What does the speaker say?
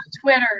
Twitter